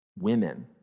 women